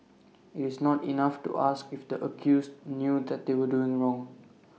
IT is not enough to ask if the accused knew that they were doing wrong